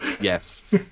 Yes